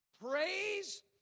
Praise